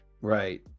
right